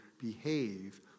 behave